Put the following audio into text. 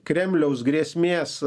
kremliaus grėsmės